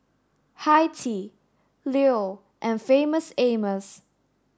Hi Tea Leo and Famous Amos